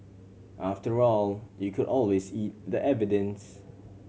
after all you could always eat the evidence